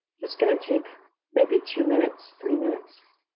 it's gonna take maybe two minutes, three minutes.